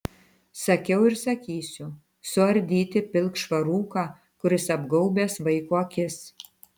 sakiau ir sakysiu suardyti pilkšvą rūką kuris apgaubęs vaiko akis